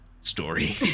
story